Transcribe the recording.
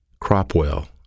Cropwell